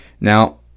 Now